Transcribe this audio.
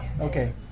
Okay